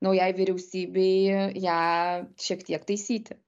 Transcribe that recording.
naujai vyriausybei ją šiek tiek taisyti